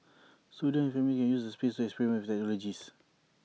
students and families can use the space experiment with technologies